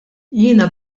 jiena